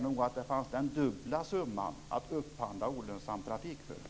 nog är att man hade den dubbla summan att upphandla olönsam trafik för.